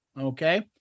Okay